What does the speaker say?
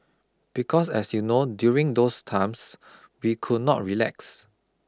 because as you know during those times we could not relax